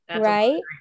right